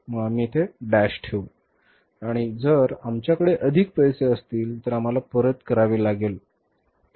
मग आम्ही येथे डॅश ठेवू आणि जर आमच्याकडे अधिक पैसे असतील तर आम्हाला परत करावे लागेल